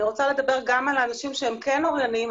אני רוצה לדבר גם על אנשים שהם כן אוריינים,